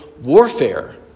warfare